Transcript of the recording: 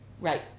Right